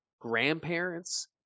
grandparents